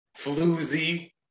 Floozy